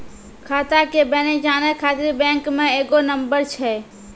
खाता के बैलेंस जानै ख़ातिर बैंक मे एगो नंबर छै?